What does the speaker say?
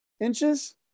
inches